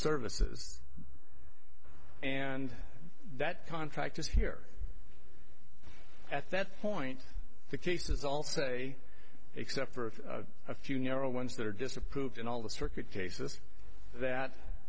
services and that contractors here at that point the cases all say except for a few narrow ones that are disapproved and all the circuit cases that